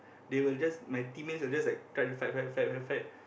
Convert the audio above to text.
they will just my teammates will just like try to fight fight fight fight fight